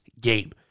game